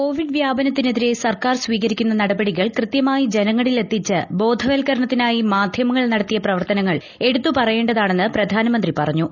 Covid വ്യാപനത്തിനെതിരെ സർക്കാർ സ്വീകരിക്കുന്ന നടപടികൾ കൃത്യമായി ജനങ്ങളിൽ എത്തിച്ച് ബോധവത്കരണത്തിനായി മാധ്യമ ങ്ങൾ നടത്തിയ പ്രവർത്തനങ്ങൾ എടുത്തു പറയേണ്ടതാണെന്ന് പ്രധാനമന്ത്രി പറഞ്ഞു